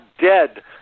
dead